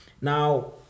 Now